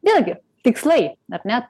vėlgi tikslai ar ne